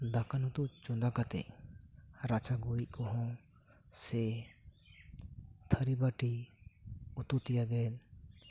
ᱫᱟᱠᱟ ᱱᱩᱛᱩ ᱪᱚᱸᱫᱟ ᱠᱟᱛᱮ ᱨᱟᱪᱟ ᱜᱩᱨᱤᱡ ᱠᱚᱦᱚᱸ ᱥᱮ ᱛᱷᱟᱨᱤ ᱵᱟᱹᱴᱤ ᱩᱛᱩ ᱛᱮᱭᱟᱜ ᱜᱮᱫ